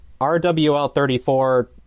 RWL34